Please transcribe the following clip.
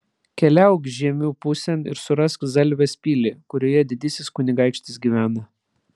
keliauk žiemių pusėn ir surask zalvės pilį kurioje didysis kunigaikštis gyvena